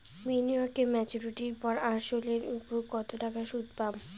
বিনিয়োগ এ মেচুরিটির পর আসল এর উপর কতো টাকা সুদ পাম?